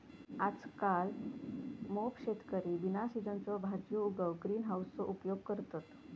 आजकल मोप शेतकरी बिना सिझनच्यो भाजीयो उगवूक ग्रीन हाउसचो उपयोग करतत